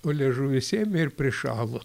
o liežuvis ėmė ir prišalo